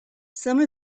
some